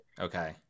Okay